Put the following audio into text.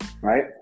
right